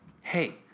hey